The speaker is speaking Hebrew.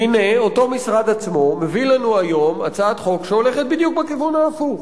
והנה אותו משרד עצמו מביא לנו היום הצעת חוק שהולכת בדיוק בכיוון ההפוך: